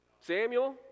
Samuel